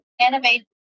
animate